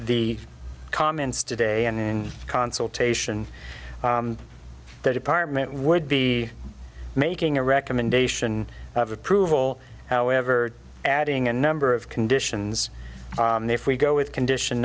the comments today and in consultation that department would be making a recommendation of approval however adding a number of conditions if we go with condition